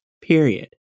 period